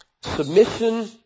Submission